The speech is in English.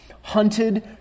Hunted